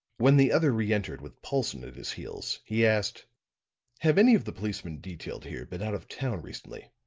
when the other re-entered with paulson at his heels, he asked have any of the policemen detailed here been out of town recently?